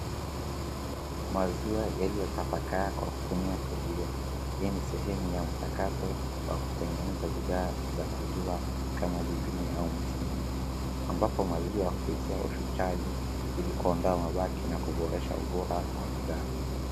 Maziwa yaliotapakaa kwa kutumia chujio, hii ni sehemu ya mchakato wa kutengeneza bidhaa za maziwa kama jibini au mtindi, ambapo maziwa hupitia uchujaji ili kuondoa mabaki ya kuboresha ubora wa bidhaa.